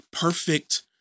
perfect